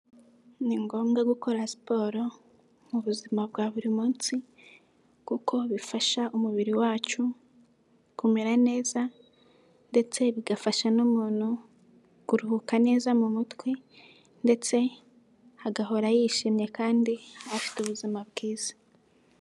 Ni ngombwa gukora siporo mu buzima bwa buri munsi, kuko bifasha umubiri wacu kumera neza ndetse bigafasha n'umuntu kuruhuka neza mu mutwe ndetse agahora yishimye kandi afite ubuzima bwiza.